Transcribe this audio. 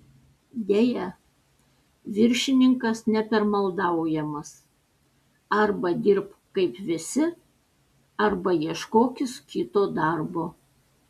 deja viršininkas nepermaldaujamas arba dirbk kaip visi arba ieškokis kito darbo